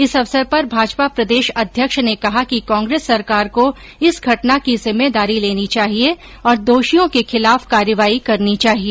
इस अवसर पर भाजपा प्रदेश अध्यक्ष ने कहा कि कांग्रेस सरकार को इस घटना की जिम्मेदारी लेनी चाहिए और दोषियों के खिलाफ कार्रवाई करनी चाहिए